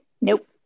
Nope